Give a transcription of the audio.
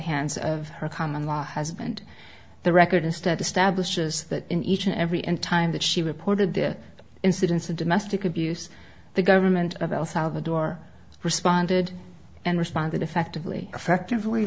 hands of her common law husband the record instead establishes that in each and every in time that she reported this incidence of domestic abuse the government of el salvador responded and responded effectively effectively